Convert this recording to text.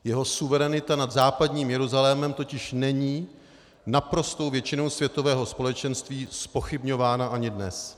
Jeho suverenita nad západním Jeruzalémem totiž není naprostou většinou světového společenství zpochybňována ani dnes.